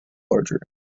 larger